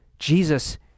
jesus